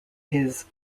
his